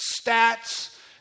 stats